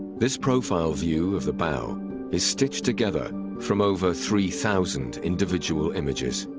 this profile view of the bow is stitched together from over three thousand individual images.